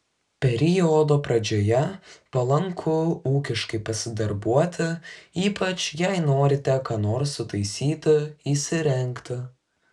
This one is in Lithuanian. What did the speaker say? periodo pradžioje palanku ūkiškai pasidarbuoti ypač jei norite ką nors sutaisyti įsirengti